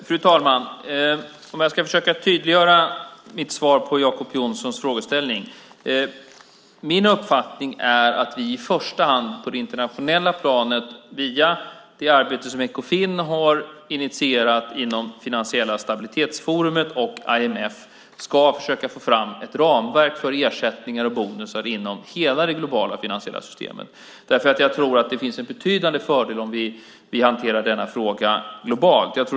Fru talman! Jag ska försöka tydliggöra mitt svar på Jacob Johnsons frågeställning. Min uppfattning är att vi i första hand på det internationella planet via det arbete som Ekofin har initierat inom detta forum för finansiell stabilitet och IMF ska försöka få fram ett ramverk för ersättningar och bonusar inom hela det globala finansiella systemet. Jag tror att det finns en betydande fördel om vi hanterar denna fråga globalt.